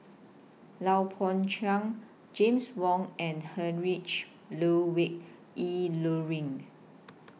Lui Pao Chuen James Wong and Heinrich Ludwig Emil Luering